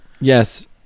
yes